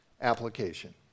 application